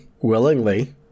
willingly